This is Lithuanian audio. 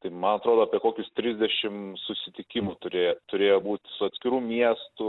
tai man atrodo apie kokius trisdešim susitikimų turėjo turėjo būt su atskirų miestų